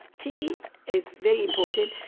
tea is very important,